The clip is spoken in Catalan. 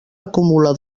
acumula